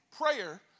prayer